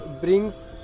brings